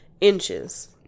inches